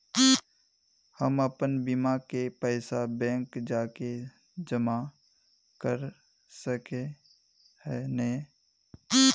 हम अपन बीमा के पैसा बैंक जाके जमा कर सके है नय?